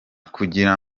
kugira